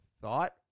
thought